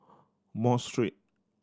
Mosque Street